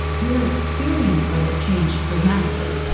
your experience of it changed dramatically.